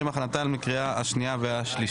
לשם הכנתן לקריאה השנייה והשלישית.